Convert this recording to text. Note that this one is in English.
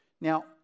now